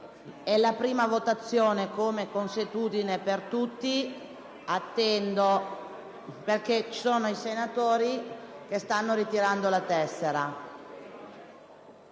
la prima votazione, come consuetudine, attendo, perché ci sono senatori che stanno ritirando la tessera.